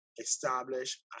establish